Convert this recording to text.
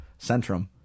Centrum